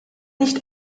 nicht